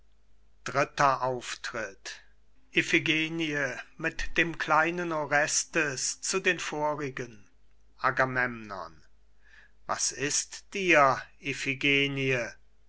iphigenie mit dem kleinen orestes zu den vorigen agamemnon was ist dir